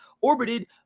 orbited